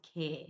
care